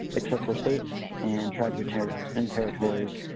except for states and tribes yeah and territories,